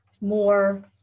more